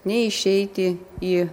neišeiti į